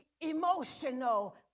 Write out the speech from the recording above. emotional